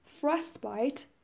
frostbite